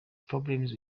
problems